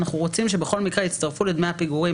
אנחנו רוצים שבכל מקרה יצטרפו לדמי הפיגורים